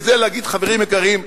להגיד: חברים יקרים,